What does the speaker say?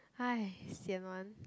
!hais! sian one